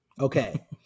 Okay